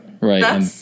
right